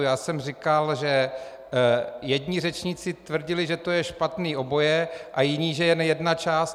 Já jsem říkal, že jedni řečníci tvrdili, že to je špatné oboje, a jiní, že jen jedna část.